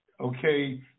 okay